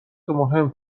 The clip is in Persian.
مهم